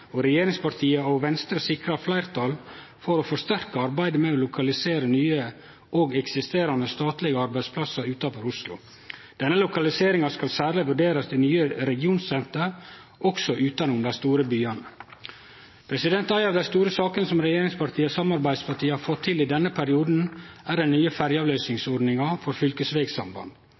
og regjeringspartia og Venstre sikrar fleirtal for å forsterke arbeidet med å lokalisere nye og eksisterande statlege arbeidsplassar utanfor Oslo. Denne lokaliseringa skal særleg vurderast i nye regionsenter, også utanom dei store byane. Ei av dei store sakene som regjeringspartia og samarbeidspartia har fått til i denne perioden, er den nye ferjeavløysingsordninga for